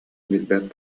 билбэт